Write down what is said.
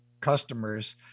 customers